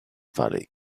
valley